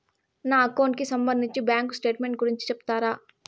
నా అకౌంట్ కి సంబంధించి బ్యాంకు స్టేట్మెంట్ గురించి సెప్తారా